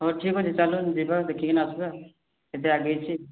ହଉ ଠିକ୍ ଅଛି ଚାଲନ୍ତୁ ଯିବା ଦେଖିକିନା ଆସିବା କେତେ ଆଗେଇଛି